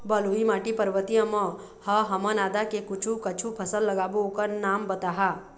बलुई माटी पर्वतीय म ह हमन आदा के कुछू कछु फसल लगाबो ओकर नाम बताहा?